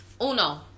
Uno